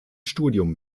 studium